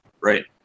Right